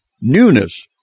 newness